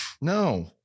No